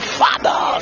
father